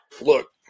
look